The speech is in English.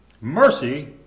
Mercy